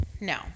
No